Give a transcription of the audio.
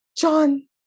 John